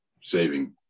saving